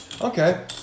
Okay